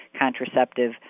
contraceptive